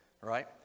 Right